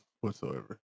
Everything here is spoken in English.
whatsoever